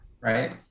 right